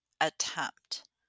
attempt